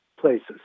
places